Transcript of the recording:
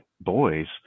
boys